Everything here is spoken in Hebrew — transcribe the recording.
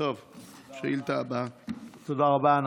תודה רבה.